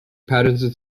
patterson